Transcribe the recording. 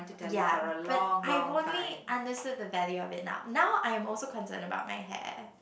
ya but I've only understood the value of it now now I am also concerned about my hair